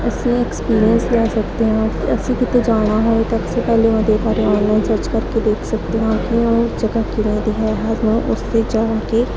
ਅਸੀਂ ਐਕਸਪੀਰੀਐਂਸ ਲੈ ਸਕਦੇ ਹਾਂ ਅਸੀਂ ਕਿਤੇ ਜਾਣਾ ਹੋਏ ਤਾਂ ਅਸੀਂ ਪਹਿਲਾਂ ਉਹਦੇ ਬਾਰੇ ਔਨਲਾਈਨ ਸਰਚ ਕਰਕੇ ਦੇਖ ਸਕਦੇ ਹਾਂ ਕਿ ਉਹ ਜਗ੍ਹਾ ਕਿਵੇਂ ਦੀ ਹੈ ਸਾਨੂੰ ਉਸ 'ਤੇ ਜਾ ਕੇ